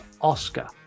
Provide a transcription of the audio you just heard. Oscar